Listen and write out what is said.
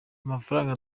amafaranga